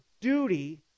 duty